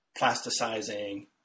plasticizing